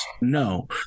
No